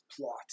plot